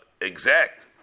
exact